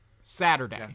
Saturday